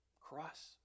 cross